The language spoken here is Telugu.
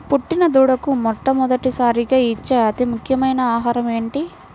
పుట్టిన దూడకు మొట్టమొదటిసారిగా ఇచ్చే అతి ముఖ్యమైన ఆహారము ఏంటి?